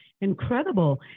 Incredible